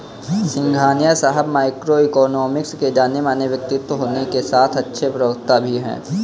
सिंघानिया साहब microeconomics के जानेमाने व्यक्तित्व होने के साथ अच्छे प्रवक्ता भी है